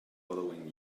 following